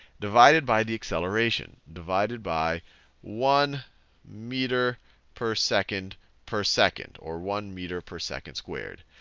divided by the acceleration, divided by one meter per second per second, or one meter per second squared.